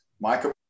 Michael